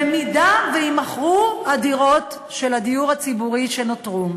במידה שיימכרו הדירות של הדיור הציבורי שנותרו.